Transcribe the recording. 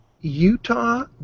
Utah